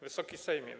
Wysoki Sejmie!